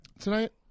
tonight